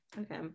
Okay